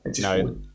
No